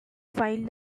find